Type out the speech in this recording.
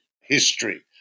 history